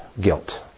guilt